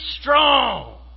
strong